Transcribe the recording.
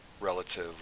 relative